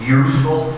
useful